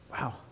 Wow